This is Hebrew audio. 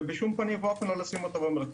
ובשום פנים ואופן לא לשים אותו במרכז.